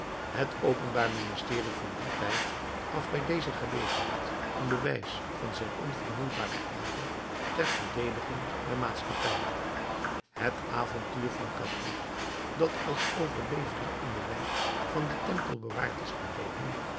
het openbaar ministerie van dien tijd gaf bij deze gelegenheid een bewijs van zijn onvermoeibaren ijver ter verdediging der maatschappij het avontuur van gavroche dat als overlevering in de wijk van den tempel bewaard is gebleven